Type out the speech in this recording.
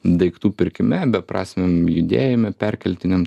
daiktų pirkime beprasmiam judėjime perkeltiniam